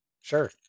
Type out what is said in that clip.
sure